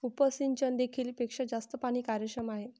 उपसिंचन देखील पेक्षा जास्त पाणी कार्यक्षम आहे